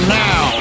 now